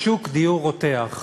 בשוק דיור רותח,